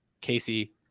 casey